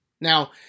Now